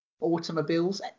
automobiles